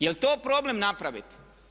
Jel' to problem napraviti?